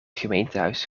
gemeentehuis